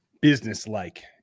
business-like